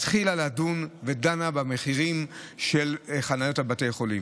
הכנסת התחילה לדון ודנה במחירים של חניות בבתי חולים.